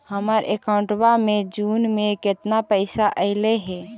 हमर अकाउँटवा मे जून में केतना पैसा अईले हे?